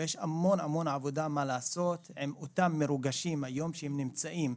יש המון עבודה מה לעשות עם אותם מרוגשים היום שנמצאים.